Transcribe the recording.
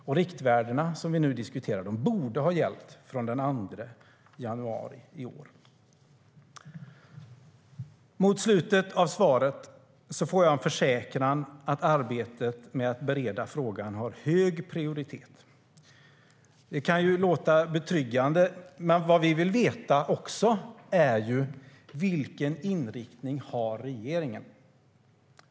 Och riktvärdena, som vi nu diskuterar, borde ha gällt sedan den 2 januari i år. Mot slutet av svaret får jag en försäkran om att arbetet med att bereda frågan har hög prioritet. Det kan låta betryggande, men vad vi också vill veta är vilken inriktning regeringen har.